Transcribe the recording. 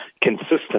consistent